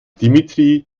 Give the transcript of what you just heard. dimitri